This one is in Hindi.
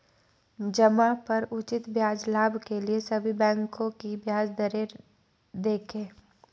जमा पर उचित ब्याज लाभ के लिए सभी बैंकों की ब्याज दरें देखें